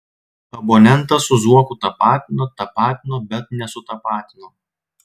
abonentą su zuoku tapatino tapatino bet nesutapatino